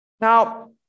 Now